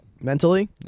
Mentally